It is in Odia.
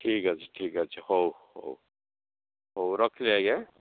ଠିକ୍ ଅଛି ଠିକ୍ ଅଛି ହଉ ହଉ ହଉ ରଖିଲି ଆଜ୍ଞା